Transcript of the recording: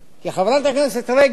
חברת הכנסת רגב,